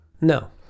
No